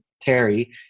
terry